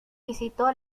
visitó